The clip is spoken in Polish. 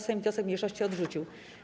Sejm wniosek mniejszości odrzucił.